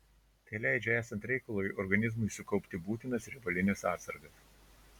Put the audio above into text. tai leidžia esant reikalui organizmui sukaupti būtinas riebalines atsargas